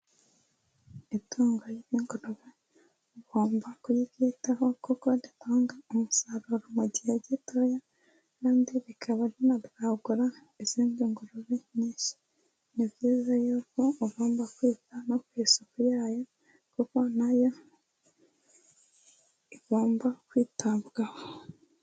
Itungo ry'ingurube ugomba kuryitaho kuko ritanga umusaruro mu gihe gitoya kandi rikaba rinabwagura izindi ngurube nyinshi. Ni byiza y'uko ugomba kwiga no ku isuku yayo kuko nayo igomba kwitabwaho.